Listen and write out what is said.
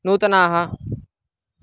नूतनाः